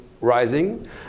rising